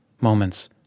moments